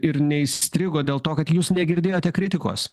ir neįstrigo dėl to kad jūs negirdėjote kritikos